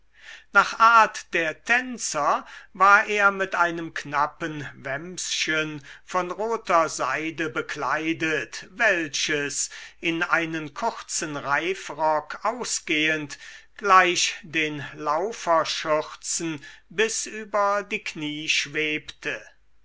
nach art der tänzer war er mit einem knappen wämschen von roter seide bekleidet welches in einen kurzen reifrock ausgehend gleich den lauferschürzen bis über die knie schwebte